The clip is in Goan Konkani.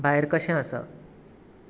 भायर कशें आसा